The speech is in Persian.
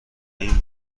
این